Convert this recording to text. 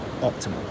optimal